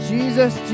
Jesus